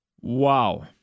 Wow